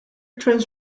trains